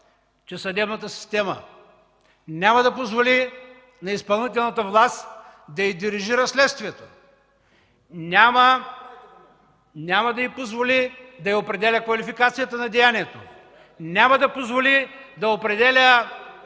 че съдебната система няма да позволи на изпълнителната власт да дирижира следствието, няма да позволи да определя квалификацията на деянието и няма да позволи да определя